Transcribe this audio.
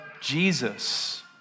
Jesus